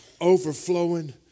overflowing